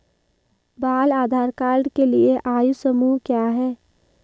बाल आधार कार्ड के लिए आयु समूह क्या है?